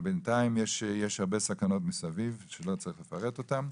אבל בינתיים יש הרבה סכנות מסביב שלא צריך לפרט אותם,